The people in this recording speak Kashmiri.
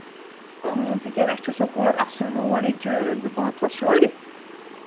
تِکیازِ اَسہِ چھُ سکوٗلس اَصٕل رول ییٚتہِ چھِ زٕ پانژھ ہَتھ شُرۍ